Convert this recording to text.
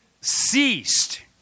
ceased